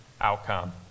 outcome